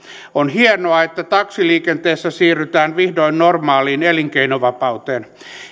on hienoa että taksiliikenteessä siirrytään vihdoin normaaliin elinkeinovapauteen